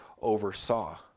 oversaw